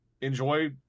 enjoy